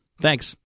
Thanks